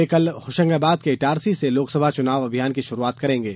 वे कल होशंगाबाद के इटारसी से लोकसभा चुनाव अभियान की शुरूआत करेंगे